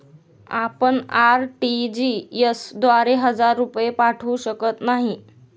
आपण आर.टी.जी.एस द्वारे हजार रुपये पाठवू शकत नाही